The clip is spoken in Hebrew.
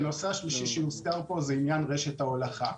ונושא השלישי שהוזכר פה הוא עניין רשת ההולכה.